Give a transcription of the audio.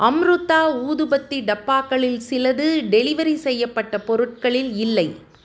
அம்ருதா ஊதுபத்தி டப்பாக்களில் சிலது டெலிவெரி செய்யப்பட்ட பொருட்களில் இல்லை